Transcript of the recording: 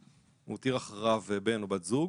הוא הותיר אחריו בן או בת זוג